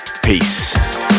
Peace